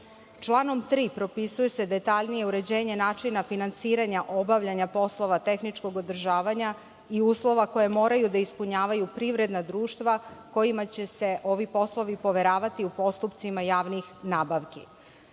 Članom 3. propisuje se detaljnije uređenje načina finansiranja obavljanja poslova tehničkog održavanja i uslova koje moraju da ispunjavaju privredna društva kojima će se ovi poslovi poveravati u postupcima javnih nabavki. Smatramo